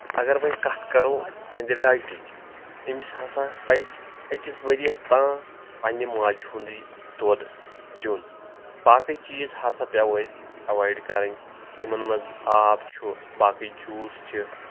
اگر وۄنۍ کتھ کرو اہندِ ڈایٹٕچ أمِس ہسا پزِ أکِس ؤرۍ یَس تان پنٕنہِ ماجہِ ہُنٛدُے دۄد دیُن باقٕے چیٖز ہسا پیٚو أسۍ ایوایڈ کرٕنۍ یِمن منٛز آب چھُ باقٕے جوٗس چھِ